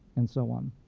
and so on.